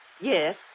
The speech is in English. Yes